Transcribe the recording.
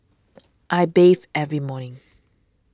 I bathe every morning